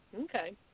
Okay